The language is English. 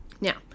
Now